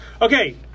Okay